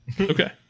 Okay